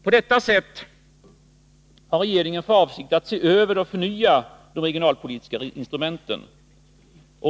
På detta sätt har regeringen för avsikt att se över och förnya de regionalpolitiska instrumenten.